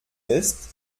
ist